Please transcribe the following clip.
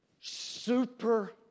super